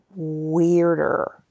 weirder